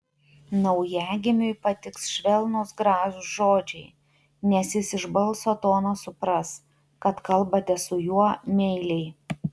naujagimiui patiks švelnūs gražūs žodžiai nes jis iš balso tono supras kad kalbate su juo meiliai